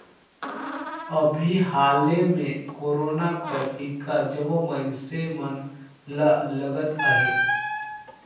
अभीं हाले में कोरोना कर टीका जम्मो मइनसे मन ल लगत अहे